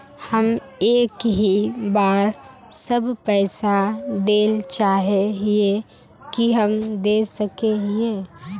हम एक ही बार सब पैसा देल चाहे हिये की हम दे सके हीये?